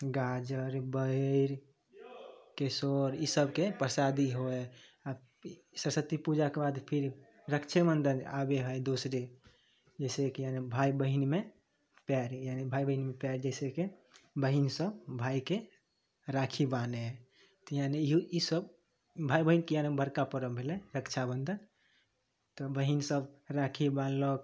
गाजर बैर केशोर ईसबके परसादी होइ है आ सरस्वती पूजाके बाद फिर रक्षाबन्धन आबै है दोस रे जैसे की भाइ बहिनमे प्यार यानी भाइ बहिनमे प्यार जैसे कि बहिन सब भाइके राखी बान्है है तऽ यानी ईहो ईसब भाइ बहिनके बड़का परब भेलै रक्षाबन्धन तऽ बहिन सब राखी बान्हलक